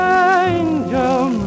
angel